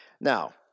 Now